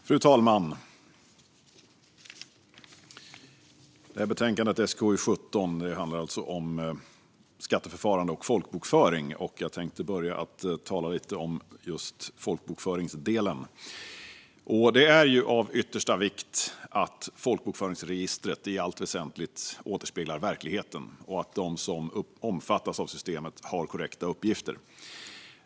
Fru talman! Betänkande SkU17 handlar om skatteförfarande och folkbokföring. Jag tänkte börja med att tala lite om just folkbokföringsdelen. Det är av yttersta vikt att folkbokföringsregistret i allt väsentligt återspeglar verkligheten och att de som omfattas av systemet har korrekta uppgifter.